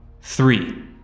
Three